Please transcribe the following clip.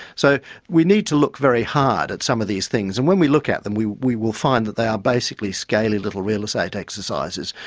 so we need to look very hard at some of these things, and when we look at them, we we will find that they are basically scaly little real-estate exercises,